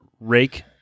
rake